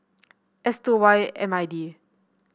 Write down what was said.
S two Y M I D